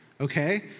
okay